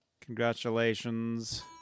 congratulations